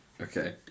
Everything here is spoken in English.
Okay